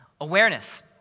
awareness